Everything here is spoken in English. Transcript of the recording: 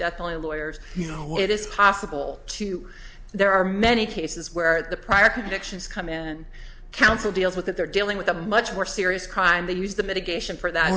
only lawyers you know it is possible to there are many cases where the prior convictions come in and counsel deals with that they're dealing with a much more serious crime they use the mitigation for that